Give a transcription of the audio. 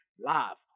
live